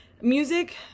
music